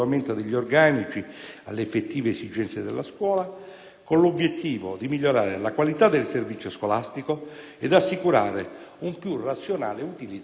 alle effettive esigenze delle scuole, con l'obiettivo di migliorare la qualità del servizio scolastico ed assicurare un più razionale utilizzo delle risorse.